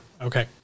Okay